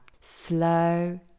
Slow